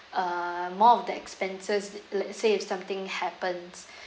uh more of the expenses let's say if something happens